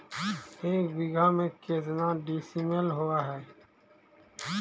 एक बीघा में केतना डिसिमिल होव हइ?